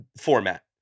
format